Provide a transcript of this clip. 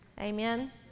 Amen